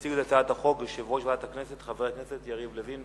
יציג את הצעת החוק יושב-ראש ועדת הכנסת חבר הכנסת יריב לוין.